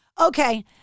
Okay